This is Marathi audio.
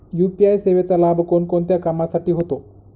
यू.पी.आय सेवेचा लाभ कोणकोणत्या कामासाठी होतो?